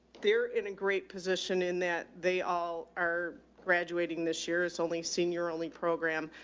they're in a great position in that they all are graduating this year. it's only senior only program,